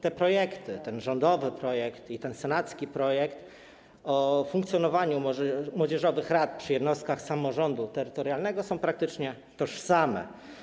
Te projekty ustaw, rządowy projekt i senacki projekt o funkcjonowaniu młodzieżowych rad przy jednostkach samorządu terytorialnego, są praktycznie tożsame.